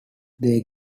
they